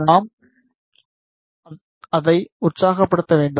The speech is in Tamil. நாம் அதை உற்சாகப்படுத்த வேண்டும்